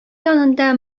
янында